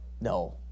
No